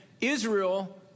Israel